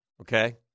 Okay